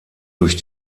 durch